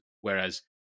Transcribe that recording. Whereas